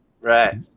right